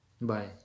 Bye